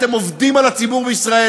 אתם עובדים על הציבור בישראל,